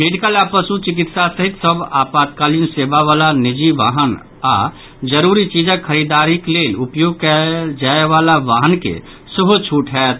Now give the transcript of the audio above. medical आ पशु चिकित्सा सहित सभ आपातकालीन सेवा वला निजी वाहन आओर जरूरी चीजक खरीददारीक लेल उपयोग कयल जायवला वाहन के सेहो छूट होयत